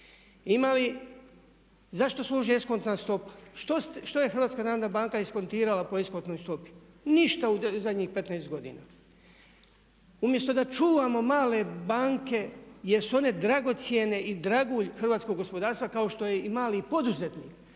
Ima li, zašto služi eskontna stopa? Što je Hrvatska narodna banka eskontirala po eskontnoj stopi? Ništa u zadnjih 15 godina. Umjesto da čuvamo male banke jer su one dragocjene i dragulj hrvatskog gospodarstva kao što je i mali poduzetnik,